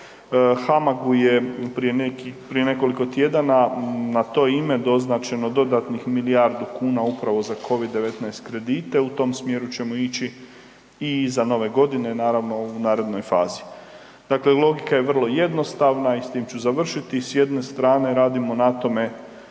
HAMAG-u je prije nekoliko tjedana na to ime doznačeno dodatnih milijardu kuna upravo za covid-19 kredite. U tom smjeru ćemo ići i iza Nove Godine, naravno u narednoj fazi. Dakle, logika je vrlo jednostavna i s tim ću završiti, s jedne strane radimo na tome